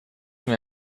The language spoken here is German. mir